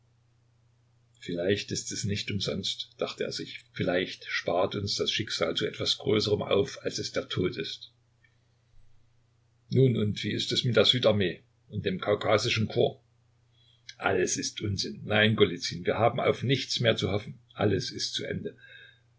vielleicht ist es nicht umsonst dachte er sich vielleicht spart uns das schicksal zu etwas größerem auf als es der tod ist nun und wie ist es mit der südarmee und dem kaukasischen korps alles ist unsinn nein golizyn wir haben auf nichts mehr zu hoffen alles ist zu ende